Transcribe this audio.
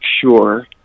sure